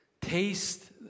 Taste